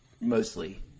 mostly